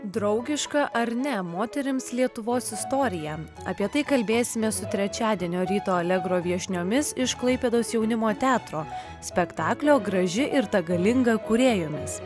draugiška ar ne moterims lietuvos istorija apie tai kalbėsime su trečiadienio ryto alegro viešniomis iš klaipėdos jaunimo teatro spektaklio graži ir ta galinga kūrėjomis